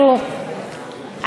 תראו,